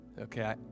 Okay